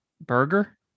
burger